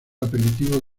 apelativo